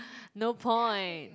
no point